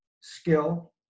skill